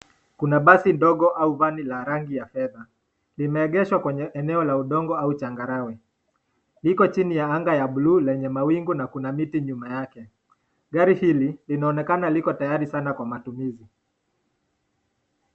Kuna basi ndogo au Vani la rangi ya fedha limeegeshwa kwenye udongo au changarawe, liko chini ya anga ya bluu lenye mawingu na Kuna miti mbele yake linaonekana liko tayari Sanaa kwa matumizi.